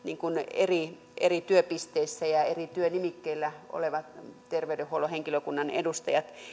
eri eri työpisteissä ja ja eri työnimikkeillä olevat terveydenhuollon henkilökunnan edustajat